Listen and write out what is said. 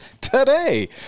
today